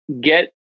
get